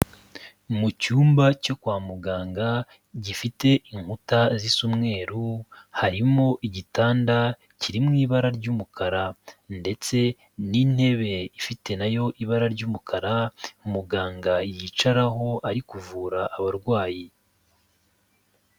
Mu cyumba cyo kwa muganga gifite inkuta zisa umweru, harimo igitanda kiri mu ibara ry'umukara ndetse n'intebe ifite nayo ibara ry'umukara umuganga yicaraho ari kuvura abarwayi.